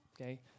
Okay